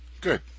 Good